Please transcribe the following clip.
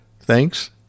Thanks